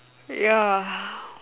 yeah